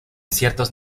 ciertos